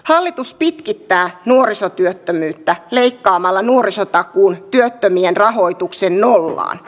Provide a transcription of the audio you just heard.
hallitus pitkittää nuorisotyöttömyyttä leikkaamalla nuorisotakuun työttömien rahoituksen nollaan